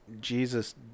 Jesus